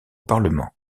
parlement